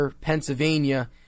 Pennsylvania